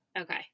Okay